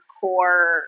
core